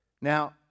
Now